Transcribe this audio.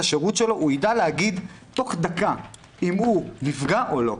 השירות שלו הוא יידע להגיד תוך דקה אם הוא נפגע או לא.